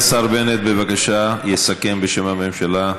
השר בנט, בבקשה, יסכם בשם הממשלה,